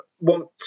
want